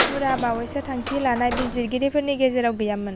मुरा बावैसो थांखि लानाय बिजिरगिरिफोरनि गेजेराव गैयामोन